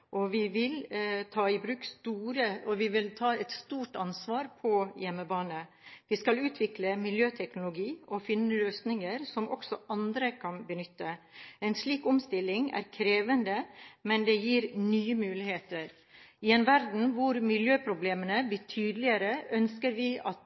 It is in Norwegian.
budsjett. Venstre vil gjøre Norge til et miljøpolitisk foregangsland, og vi vil ta et stort ansvar på hjemmebane. Vi skal utvikle miljøteknologi og finne løsninger som også andre kan benytte. En slik omstilling er krevende, men det gir nye muligheter. I en verden hvor miljøproblemene blir tydeligere, ønsker vi at miljøbedrifter blir morgendagens vinnere. I